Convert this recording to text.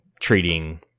Treating